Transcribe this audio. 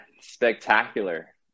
spectacular